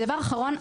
ודבר אחרון,